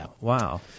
Wow